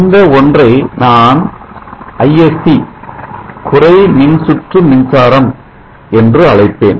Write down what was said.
இந்த ஒன்றை நான் Isc குறை மின்சுற்று மின்சாரம் என்று அழைப்பேன்